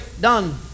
Done